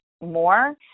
more